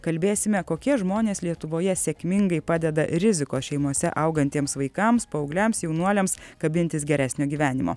kalbėsime kokie žmonės lietuvoje sėkmingai padeda rizikos šeimose augantiems vaikams paaugliams jaunuoliams kabintis geresnio gyvenimo